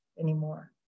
anymore